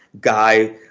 guy